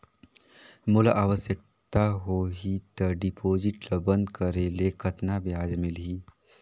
मोला आवश्यकता होही त डिपॉजिट ल बंद करे ले कतना ब्याज मिलही?